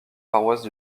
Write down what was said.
paroisse